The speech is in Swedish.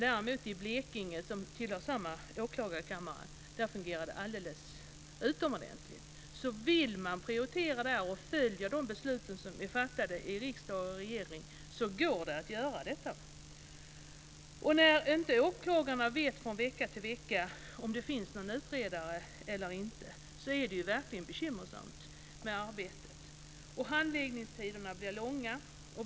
Däremot i Blekinge, som tillhör samma åklagarkammare, fungerar det alldeles utomordentligt. Det går att prioritera och följa de beslut som är fattade i riksdag och regering om man bara vill. Det är verkligen bekymmersamt med arbetet om åklagarna inte vet från en vecka till en annan om det finns en utredare. Handläggningstiderna blir långa.